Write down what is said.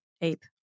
ape